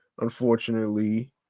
unfortunately